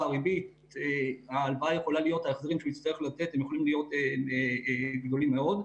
הריבית ההחזרים שהוא יצטרך לתת יכולים להיות גדולים יותר.